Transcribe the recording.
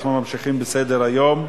חברי חברי הכנסת, אנחנו ממשיכים בסדר-היום: